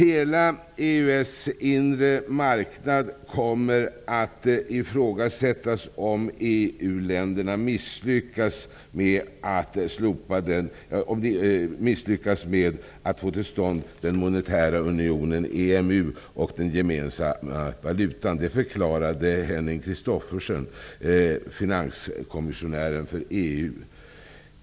EU:s finanskommissionär Henning Christophersen förklarade att hela EU:s inre marknad kommer att ifrågasättas om EU-länderna misslyckas med att få till stånd den monetära unionen EMU och den gemensamma valutan.